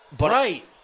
Right